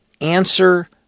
Answer